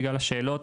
בגלל השאלות,